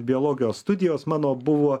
biologijos studijos mano buvo